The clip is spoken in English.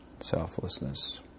selflessness